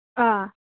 ꯑꯥ